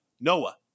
Noah